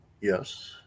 Yes